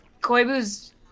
Koibu's